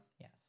yes